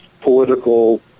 political